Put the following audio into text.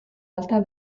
alta